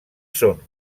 són